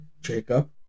Jacob